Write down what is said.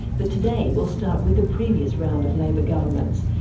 but today we'll start with the previous round of labour governments,